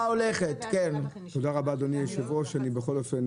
מדובר גם בגופים פרטיים אבל עדיין אפשר לעשות